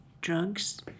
drugs